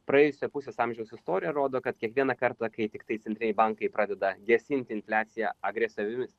praėjusio pusės amžiaus istorija rodo kad kiekvieną kartą kai tiktai centriniai bankai pradeda gesinti infliaciją agresyviomis